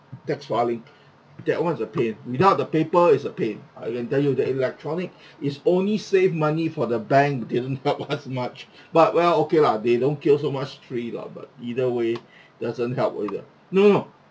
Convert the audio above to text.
tax filing that one is a pain without the paper is a pain I can tell you that electronic is only save money for the bank didn't help us much but well okay lah they don't kill so much tree lah but either way doesn't help either no no